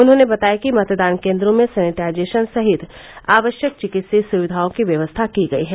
उन्होंने बताया कि मतदान केन्द्रों में सैनिटाइजेश्न सहित आवश्यक चिकित्सीय सुविधाओं की व्यवस्था की गयी है